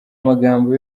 magambo